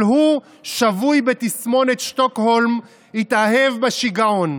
אבל הוא, שבוי בתסמונת שטוקהולם, התאהב בשיגעון.